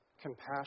compassion